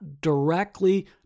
directly